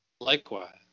Likewise